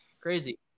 Crazy